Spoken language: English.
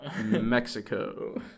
Mexico